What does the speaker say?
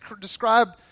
describe